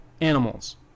animals